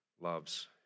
loves